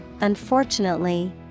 unfortunately